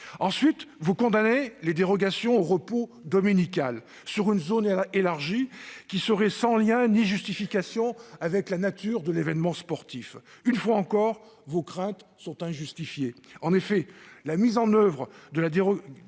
Cinquièmement, vous condamnez les dérogations au repos dominical dans une zone élargie qui serait sans justification ni lien avec la nature de l'événement sportif. Une fois encore, vos craintes sont injustifiées. En effet, la mise en oeuvre de la dérogation